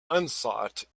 unsought